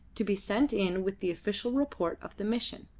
to be sent in with the official report of the mission.